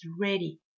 ready